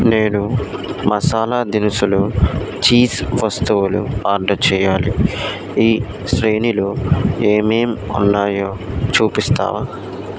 నేను మసాలా దినుసులు చీజ్ వస్తువులు ఆర్డర్ చేయాలి ఈ శ్రేణిలో ఏమేం ఉన్నాయో చూపిస్తావా